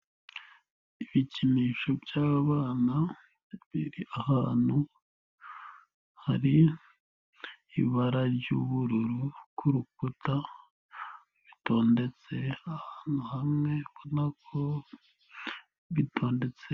Ibikinisho by'abana biri ahantu ,hari ibara ry'ubururu ku rukuta bw'urukuta , bitondetse ahantu hamwe ubona ko bitondetse.